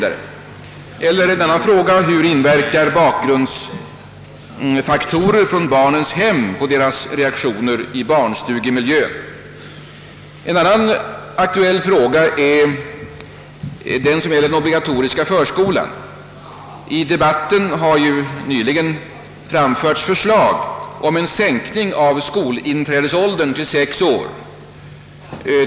Eller en annan fråga: Hur inverkar bakgrundsfaktorer från barnens hem på deras reaktioner i barnstugemiljön? En annan aktuell fråga gäller den obligatoriska förskolan. I debatten har nyligen framförts förslag om en sänkning av skolinträdesåldern till sex år.